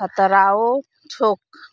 खतराओ छोक